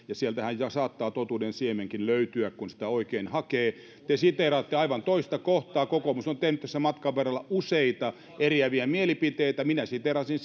ja sieltähän saattaa totuuden siemenkin löytyä kun sitä oikein hakee te siteeraatte aivan toista kohtaa kokoomus on tehnyt tässä matkan varrella useita eriäviä mielipiteitä minä siteerasin